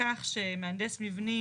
בכך שהמנדס מבנים,